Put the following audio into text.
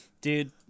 Dude